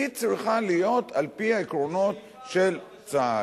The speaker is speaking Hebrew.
היא צריכה להיות על-פי העקרונות של צה"ל,